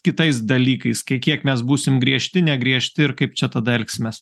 kitais dalykais kai kiek mes būsim griežti negriežti ir kaip čia tada elgsimės